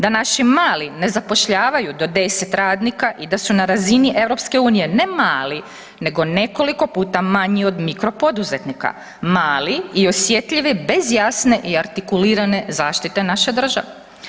Da naši mali ne zapošljavaju do 10 radnika i da su na razini EU ne mali, nego nekoliko puta manji od mikro poduzetnika, mali i osjetljivi bez jasne i artikulirane zaštite naše države.